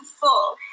full